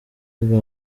yiga